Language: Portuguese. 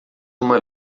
uma